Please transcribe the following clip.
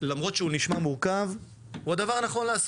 למרות שהוא נשמע מורכב הוא הדבר הנכון לעשות.